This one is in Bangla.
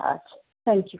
আচ্ছা থ্যাঙ্ক ইউ